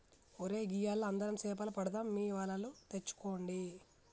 ఒరై గియ్యాల అందరం సేపలు పడదాం మీ వలలు తెచ్చుకోండి